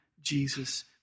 Jesus